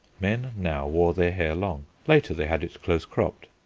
men now wore their hair long later they had it close-cropped.